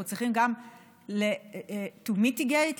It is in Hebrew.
אנחנו צריכים גם to mitigate,